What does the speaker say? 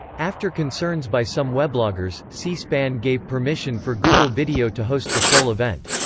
after concerns by some webloggers, c-span gave permission for google video to host the full event.